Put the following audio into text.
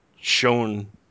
shown